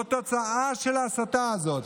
זאת תוצאה של ההסתה הזאת.